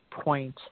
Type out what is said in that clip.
point